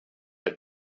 had